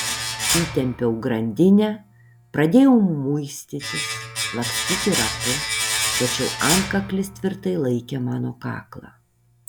įtempiau grandinę pradėjau muistytis lakstyti ratu tačiau antkaklis tvirtai laikė mano kaklą